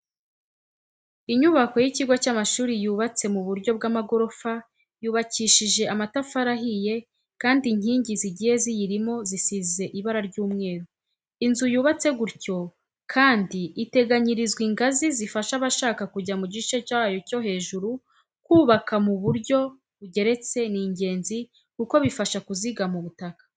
Inyubako y'ikigo cy'amashuri yubatse mu buryo bw'amagorofa, yubakishije amatafari ahiye kandi inkingi zigiye ziyirimo zisize ibara ry'umweru. Inzu yubatse gutyo kandi iteganyirizwa ingazi zifasha abashaka kujya mu gice cyayo cyo hejuru. Kubaka mu buryo bugeretse ni ingenzi kuko bifasha kuzigama ubutaka.